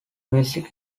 music